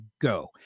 go